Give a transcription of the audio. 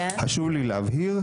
חשוב לי להבהיר,